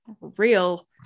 real